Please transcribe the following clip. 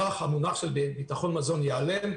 כך המונח "ביטחון מזון" ייעלם.